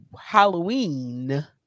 Halloween